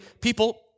people